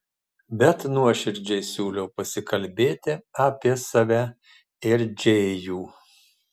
bet nuoširdžiai siūliau pasikalbėti apie save ir džėjų